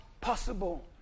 possible